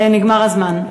נגמר הזמן.